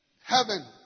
Heaven